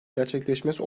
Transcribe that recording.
gerçekleşmesi